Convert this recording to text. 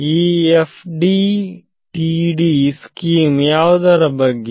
ಈ FDTD scheme ಯಾವುದರ ಬಗ್ಗೆ